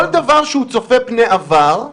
כל דבר שצופה פני עבר,